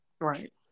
Right